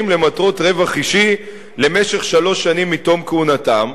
למטרות רווח אישי במשך שלוש שנים מתום כהונתם,